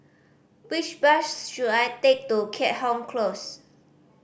which bus should I take to Keat Hong Close